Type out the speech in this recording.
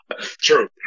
true